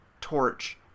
torch